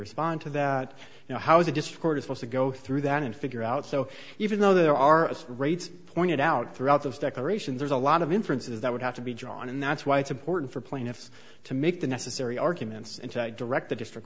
respond to that now how is it just a court has to go through that and figure out so even though there are rates pointed out throughout those declarations there's a lot of inference is that would have to be drawn and that's why it's important for plaintiffs to make the necessary arguments and to direct the district